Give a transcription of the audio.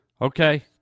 Okay